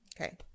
Okay